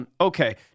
Okay